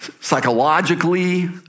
psychologically